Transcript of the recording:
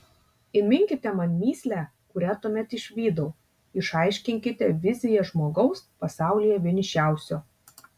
įminkite man mįslę kurią tuomet išvydau išaiškinkite viziją žmogaus pasaulyje vienišiausio